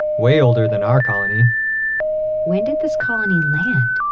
way older than our colony when did this colony land?